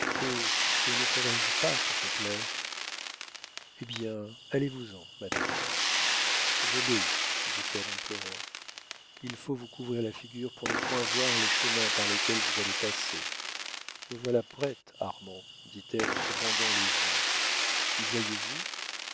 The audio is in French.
que ne ferais-je pas pour te plaire eh bien allez-vous-en madame j'obéis dit-elle en pleurant il faut vous couvrir la figure pour ne point voir les chemins par lesquels vous allez passer me voilà prête armand dit-elle en se bandant les yeux y voyez-vous